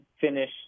finish